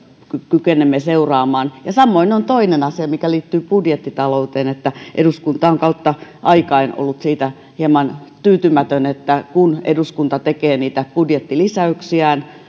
kykenemme seuraamaan samoin on toinen asia mikä liittyy budjettitalouteen eduskunta on kautta aikain ollut siitä hieman tyytymätön että kun eduskunta tekee niitä budjettilisäyksiään